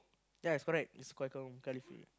ya it's correct it's quite